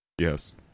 Yes